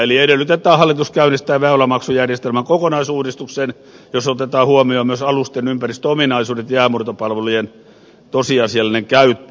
eli edellytetään että hallitus käynnistää väylämaksujärjestelmän kokonaisuudistuksen jossa otetaan huo mioon myös alusten ympäristöominaisuudet ja jäänmurtopalvelujen tosiasiallinen käyttö